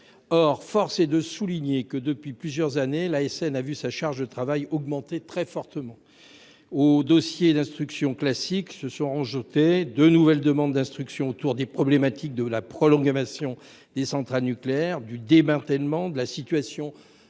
nucléaire (IRSN). Or, depuis plusieurs années, l'ASN a vu sa charge de travail augmenter très fortement. Aux dossiers d'instruction classique se sont ajoutées de nouvelles demandes d'instruction autour des problématiques de prolongation des centrales nucléaires, démantèlement, saturation des piscines